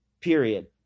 period